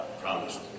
promised